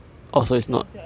she screwed up C_L_L also